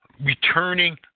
returning